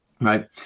right